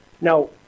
Now